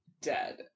dead